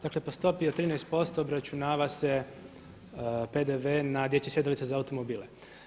Dakle po stopi od 13% obračunava se PDV na dječje sjedalice za automobile.